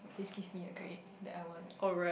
this give me great that I want